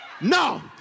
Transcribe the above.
no